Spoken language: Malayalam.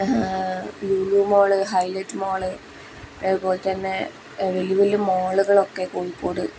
ലുലൂ മോള് ഹൈലൈറ്റ് മോള് അതുപോലെത്തന്നെ വലിയ വലിയ മോളുകളൊക്കെ കോഴിക്കോട്